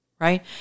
Right